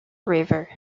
river